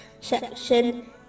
section